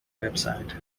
website